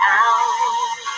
out